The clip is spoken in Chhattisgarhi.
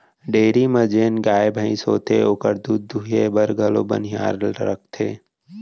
डेयरी म जेन गाय भईंस होथे ओकर दूद दुहे बर घलौ बनिहार रखथें